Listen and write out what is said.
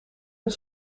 een